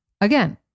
again